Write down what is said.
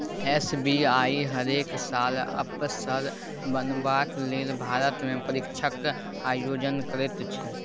SBI हरेक साल अफसर बनबाक लेल भारतमे परीक्षाक आयोजन करैत छै